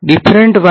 વિદ્યાર્થી 0